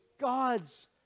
God's